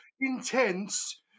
intense